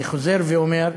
אני חוזר ואומר: